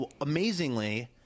amazingly